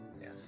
Yes